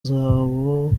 zawo